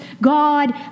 God